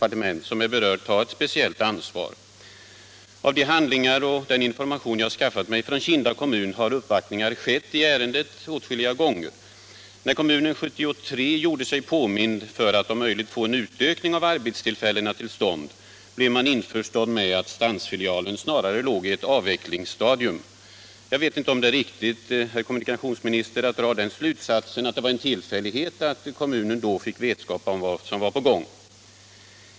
Av de handlingar och den information jag skaffat mig från Kinda kommun framgår att uppvaktningar i ärendet skett åtskilliga gånger. När kommunen 1973 gjorde sig påmind för att om möjligt få en utökning av antalet arbetstillfällen till stånd fick man klart för sig att Stansfilialen snarare befann sig på ett avvecklingsstadium. Jag vet inte om det är riktigt, herr kommunikationsminister, att dra den slutsatsen att det var en tillfällighet att kommunen då fick vetskap om vad som var på gång.